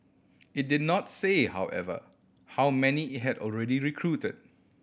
it did not say however how many it had already recruited